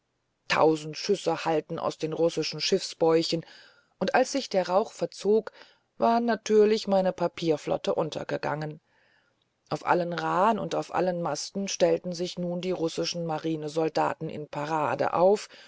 tausend schüsse hallten aus den russischen schiffsbäuchen und als sich der rauch verzog war natürlich meine papierflotte untergegangen auf allen rahen und auf allen masten stellten sich nun die russischen marinesoldaten in parade auf